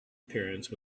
appearance